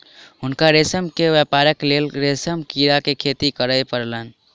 हुनका रेशम के व्यापारक लेल रेशम कीड़ा के खेती करअ पड़लैन